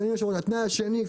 התנאי השני הוא,